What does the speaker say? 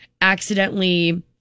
accidentally